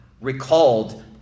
recalled